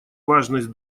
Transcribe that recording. важность